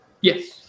yes